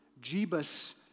Jebus